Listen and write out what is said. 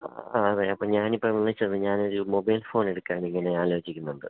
ആ അതെ അപ്പം ഞാനിപ്പം വിളിച്ചത് ഞാനൊരു മൊബൈൽ ഫോണെടുക്കാൻ ഇങ്ങനെ ആലോചിക്കുന്നുണ്ട്